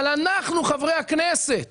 אבל אנחנו חברי הכנסת